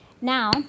now